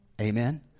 Amen